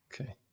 Okay